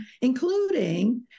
including